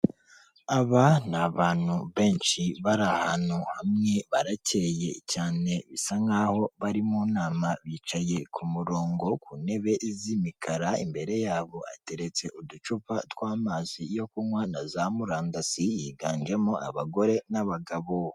Aba ni abantu benshi bari ahantu hamwe baracyeye cyane bisa nk'aho bari mu nama. Bicaye ku murongo ku ntebe z'imikara, imbere yabo hateretse uducupa tw'amazi yo kunywa na za murandasi, higanjemo abagore n'abagabo.